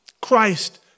Christ